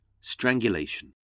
strangulation